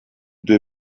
due